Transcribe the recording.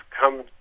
come